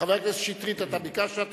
חבר הכנסת שטרית, אתה ביקשת?